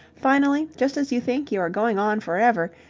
finally, just as you think you are going on for ever,